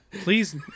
Please